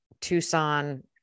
Tucson